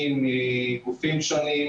עושים,